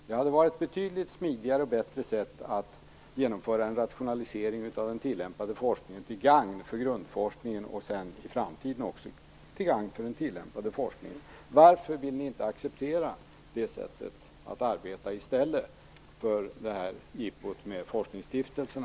Det hade varit ett betydligt smidigare och bättre sätt att genomföra en rationalisering av den tillämpade forskningen, till gagn för grundforskningen och i framtiden också för den tillämpade forskningen. Varför vill inte Socialdemokraterna acceptera det sättet att arbeta på i stället för detta jippo med forskningsstiftelserna?